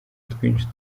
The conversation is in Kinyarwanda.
twinshi